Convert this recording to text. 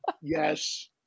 Yes